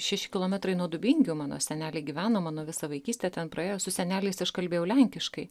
šeši kilometrai nuo dubingių mano seneliai gyveno mano visa vaikystė ten praėjo su seneliaisaš kalbėjau lenkiškai